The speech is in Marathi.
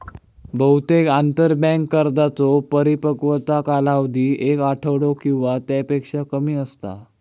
बहुतेक आंतरबँक कर्जांचो परिपक्वता कालावधी एक आठवडो किंवा त्यापेक्षा कमी असता